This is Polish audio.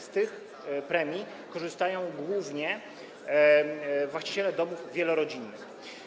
Z tych premii korzystają głównie właściciele domów wielorodzinnych.